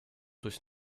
durch